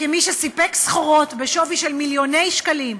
מי שסיפק סחורות בשווי של מיליוני שקלים,